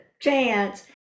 chance